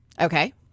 Okay